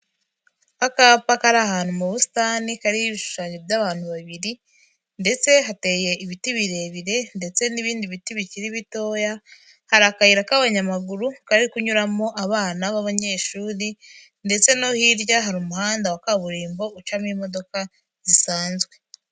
Akapa kari ahantu mu busitani kariho ibishushanyo by'abantu babiri ndetse hateye ibiti birebire ndetse n'ibindi biti bikiri bitoya, hari akayira k'abanyamaguru kari kunyuramo abana b'abanyeshuri ndetse no hirya hari umuhanda wa kaburimbo ucamo imodoka zisanzwe.